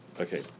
Okay